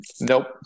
Nope